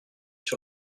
sur